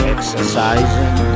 Exercising